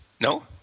No